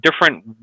different